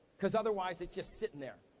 cause otherwise, it's just sitting there.